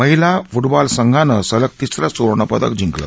महिला football संघानं सलग तिसरं स्वर्ण पदक जिंकलं